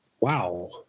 wow